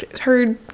heard